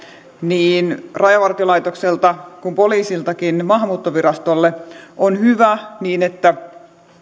niin rajavartiolaitokselta kuin poliisiltakin maahanmuuttovirastolle on hyvä niin että